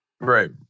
Right